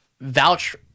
vouch